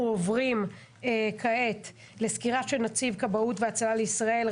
אנחנו עוברים כעת לסקירה של נציב כבאות והצלה לישראל,